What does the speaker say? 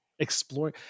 Explore